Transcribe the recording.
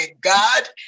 God